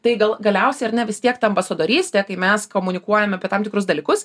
tai gal galiausiai ar ne vis tiek ta ambasadorystė kai mes komunikuojam apie tam tikrus dalykus